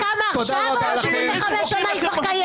המדינה קמה עכשיו או שהיא קיימת כבר 75 שנה?